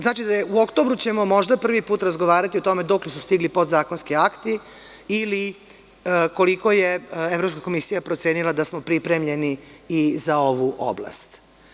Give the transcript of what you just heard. Znači, u oktobru ćemo možda prvi put razgovarati o tome dokle su stigli podzakonski akti ili koliko je Evropska komisija procenila da smo pripremljeni i za ovu oblast.